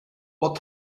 what